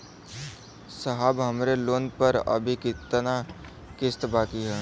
साहब हमरे लोन पर अभी कितना किस्त बाकी ह?